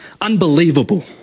unbelievable